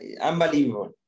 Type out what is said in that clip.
unbelievable